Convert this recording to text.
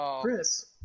Chris